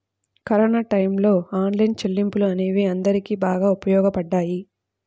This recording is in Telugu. కరోనా టైయ్యంలో ఆన్లైన్ చెల్లింపులు అనేవి అందరికీ బాగా ఉపయోగపడ్డాయి